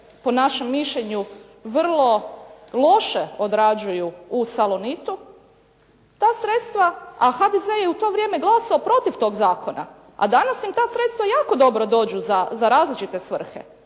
po našem mišljenju vrlo loše odrađuju u "Salonitu". A HDZ je u to vrijeme glasovao protiv tog zakona, a danas im ta sredstva jako dobro dođu za različite svrhe.